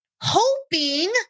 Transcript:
hoping